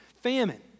famine